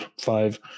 five